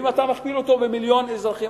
אם אתה מכפיל אותו במיליון אזרחים,